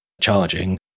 charging